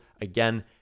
Again